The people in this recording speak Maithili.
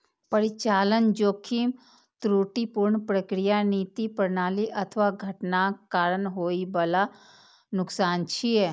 परिचालन जोखिम त्रुटिपूर्ण प्रक्रिया, नीति, प्रणाली अथवा घटनाक कारण होइ बला नुकसान छियै